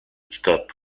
kitap